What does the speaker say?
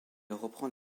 reprend